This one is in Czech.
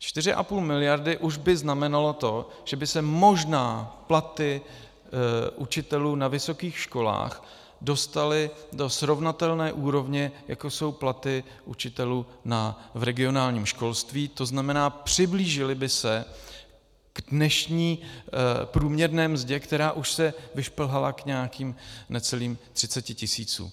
Čtyři a půl miliardy už by znamenalo to, že by se možná platy učitelů na vysokých školách dostaly do srovnatelné úrovně, jako jsou platy učitelů v regionálním školství, to znamená, přiblížily by se dnešní průměrné mzdě, která už se vyšplhala k necelým 30 tisícům.